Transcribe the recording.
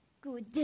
good